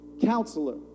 Counselor